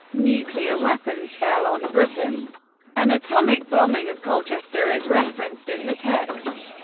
nuclear weapons fell on britain an atomic bombing of colchester is referenced in the text.